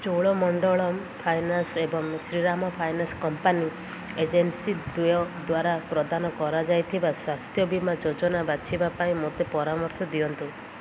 Cholamandalam finance ଏବଂ Shriram finance company agency ଦ୍ୱୟ ଦ୍ଵାରା ପ୍ରଦାନ କରାଯାଇଥିବା ସ୍ୱାସ୍ଥ୍ୟ ବୀମା ଯୋଜନା ବାଛିବା ପାଇଁ ମୋତେ ପରାମର୍ଶ ଦିଅନ୍ତୁ